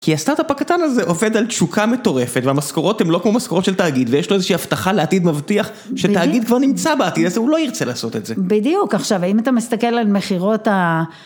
כי הסטארטאפ הקטן הזה עובד על תשוקה מטורפת והמשכורות הן לא כמו משכורות של תאגיד ויש לו איזושהי הבטחה לעתיד מבטיח שתאגיד כבר נמצא בעתיד הזה הוא לא ירצה לעשות את זה. בדיוק עכשיו אם אתה מסתכל על מכירות ה...